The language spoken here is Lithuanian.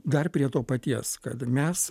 dar prie to paties kad mes